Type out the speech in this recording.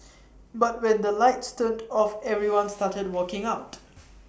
but when the lights turned off everyone started walking out